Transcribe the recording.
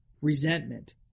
resentment